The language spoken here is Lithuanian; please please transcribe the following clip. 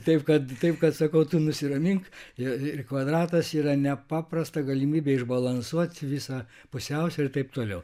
taip kad taip kad sakau tu nusiramink ir ir kvadratas yra nepaprasta galimybė išbalansuoti visą pusiausvyrą ir taip toliau